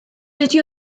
dydi